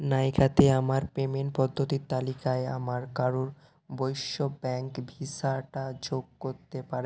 নাইকাতে আমার পেমেন্ট পদ্ধতির তালিকায় আমার কারুর বৈশ্য ব্যাঙ্ক ভিসাটা যোগ করতে পারে